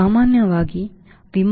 ಸಾಮಾನ್ಯವಾಗಿ ವಿಮಾನಕ್ಕಾಗಿ CDo 0